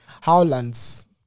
Howlands